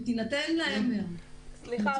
ותינתן להם --- סליחה,